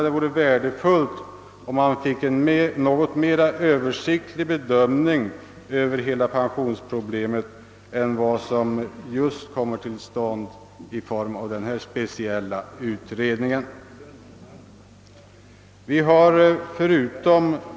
Det vore värdefullt om man fick en något mer översiktlig bedömning av hela pensionsproblemet än vad man kan få av en så speciell utredning som den nu föreslagna.